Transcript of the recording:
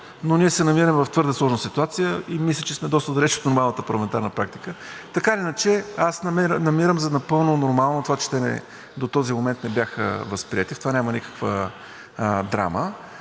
Ние се намираме в твърде сложна ситуация и мисля, че сме доста далеч от нормалната парламентарна практика, но така или иначе намирам за напълно нормално това, че до този момент не бяха възприети. И в това няма никаква драма.